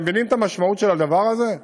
אתם מבינים את המשמעות של הדבר הזה?